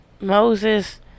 moses